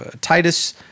Titus